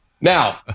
Now